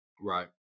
right